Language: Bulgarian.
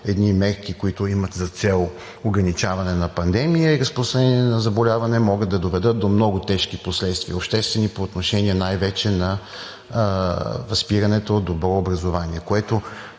едни мерки, които имат за цел ограничаване на пандемия и разпространение на заболяване, могат да доведат до много тежки обществени последствия по отношение най-вече на спирането от добро образование, това,